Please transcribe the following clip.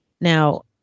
Now